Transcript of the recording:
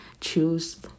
choose